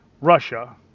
Russia